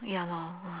ya lor